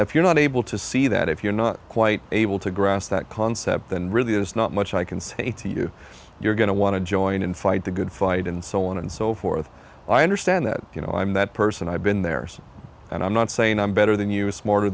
if you're not able to see that if you're not quite able to grasp that concept then really there's not much i can say to you you're going to want to join in fight the good fight and so on and so forth i understand that you know i'm that person i've been there and i'm not saying i'm better than you smarter